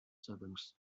siblings